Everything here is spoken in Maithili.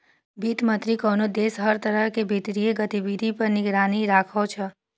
वित्त मंत्री कोनो देशक हर तरह के वित्तीय गतिविधि पर निगरानी राखै छै